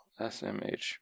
SMH